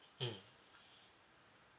mmhmm